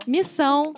Missão